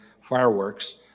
fireworks